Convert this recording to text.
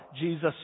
Jesus